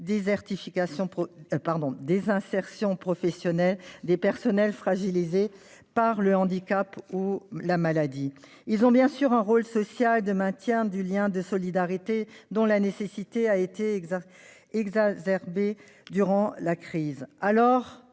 en prévenant la désinsertion professionnelle des personnels fragilisés par le handicap ou la maladie. Il assume aussi un rôle social de maintien du lien de solidarité, dont la nécessité a été exacerbée durant la crise. Alors